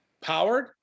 powered